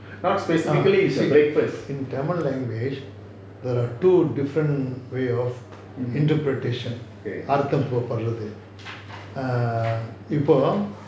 ah you see in tamil language there are two different way of interpretation அதான் பூ போடுறது:athaan poo podurathu err இப்போ:ippo